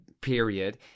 period